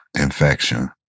infection